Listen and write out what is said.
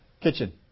kitchen